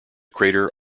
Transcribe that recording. crater